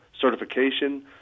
certification